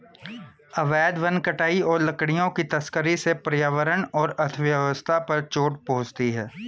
अवैध वन कटाई और लकड़ियों की तस्करी से पर्यावरण और अर्थव्यवस्था पर चोट पहुँचती है